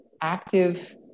active